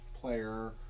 player